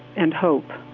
and hope.